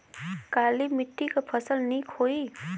काली मिट्टी क फसल नीक होई?